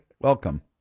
Welcome